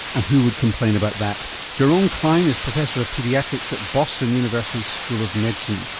and who would complain about that jerome klein is professor of paediatrics at boston university school of medicine.